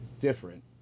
different